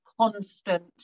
constant